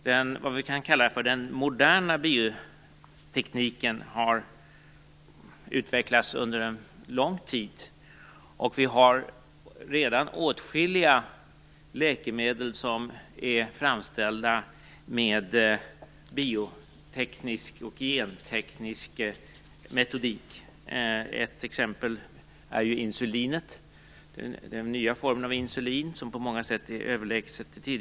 Det som vi kan kalla den moderna biotekniken har utvecklats under en lång tid, och vi har redan åtskilliga läkemedel som är framställda med bioteknisk och genteknisk metodik. Ett exempel är ju den nya formen av insulin, som på många sätt är överlägset det tidigare.